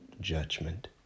judgment